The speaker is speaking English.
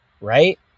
right